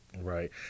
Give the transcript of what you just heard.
Right